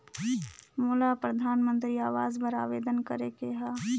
मोला परधानमंतरी आवास बर आवेदन करे के हा?